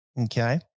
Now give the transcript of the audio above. okay